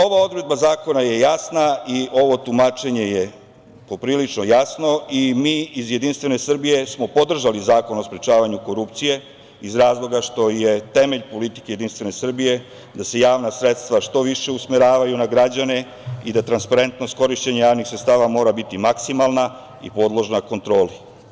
Ova odredba zakona je jasna i ovo tumačenje po prilično jasno i mi iz JS smo podržali Zakon o sprečavanju korupcije iz razloga što je temelj politike JS da se javna sredstva što više usmeravaju na građane i da transparentnost korišćenja javnih sredstava mora biti maksimalna i podložna kontroli.